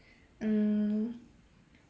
mm